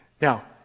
Now